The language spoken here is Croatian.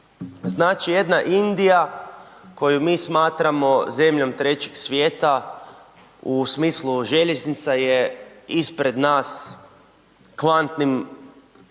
Znači jedna Indija koju mi smatramo zemljom 3 svijeta u smislu željeznica je ispred nas kvantnim,